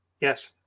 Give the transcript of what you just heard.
yes